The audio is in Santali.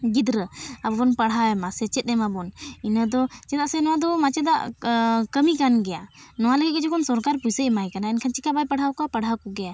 ᱜᱤᱫᱽᱨᱟᱹ ᱟᱨᱵᱚᱱ ᱯᱟᱲᱦᱟᱣᱮ ᱢᱟ ᱟᱨ ᱵᱚᱱ ᱥᱮᱪᱮᱫᱮ ᱢᱟ ᱤᱱᱟᱹᱫᱚ ᱪᱮᱫᱟᱜ ᱥᱮ ᱱᱚᱣᱟᱫᱚ ᱢᱟᱪᱮᱫᱟᱜ ᱠᱟᱹᱢᱤ ᱠᱟᱱ ᱜᱮᱭᱟ ᱱᱚᱣᱟ ᱞᱟᱹᱜᱤᱫ ᱥᱚᱨᱠᱟᱨ ᱯᱩᱭᱥᱟᱹᱭ ᱮᱢᱟᱭ ᱠᱟᱱᱟ ᱮᱱᱠᱷᱟᱱ ᱪᱤᱠᱟᱹ ᱵᱟᱭ ᱯᱟᱲᱦᱟᱣ ᱠᱚᱣᱟ ᱯᱟᱲᱦᱟᱣ ᱠᱚ ᱜᱮᱭᱟᱭ